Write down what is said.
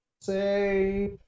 say